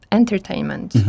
entertainment